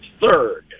third